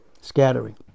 Scattering